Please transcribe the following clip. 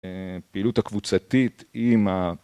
פעילות הקבוצתית עם ה...